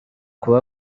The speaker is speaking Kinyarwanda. kuba